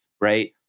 right